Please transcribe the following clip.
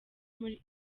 muri